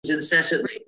incessantly